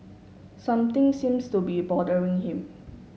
something seems to be bothering him